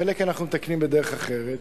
חלק אנחנו מתקנים בדרך אחרת.